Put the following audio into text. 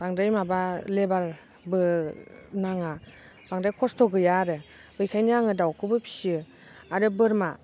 बांद्राय माबा लेबारबो नाङा बांद्राय खस्थ' गैया आरो बेखायनो आङो दावखौबो फिसियो आरो बोरमा